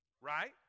right